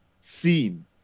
seen